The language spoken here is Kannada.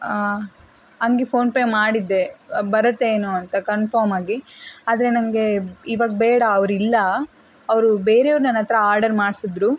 ಆಂ ಹಂಗೆ ಫೋನ್ಪೇ ಮಾಡಿದ್ದೆ ಬರತ್ತೇನೋ ಅಂತ ಕನ್ಫಮಾಗಿ ಆದರೆ ನನಗೆ ಇವಾಗ ಬೇಡ ಅವರಿಲ್ಲ ಅವರು ಬೇರೆಯವ್ರು ನನ್ನ ಹತ್ರ ಆರ್ಡರ್ ಮಾಡ್ಸಿದ್ರು